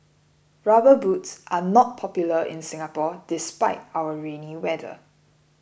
rubber boots are not popular in Singapore despite our rainy weather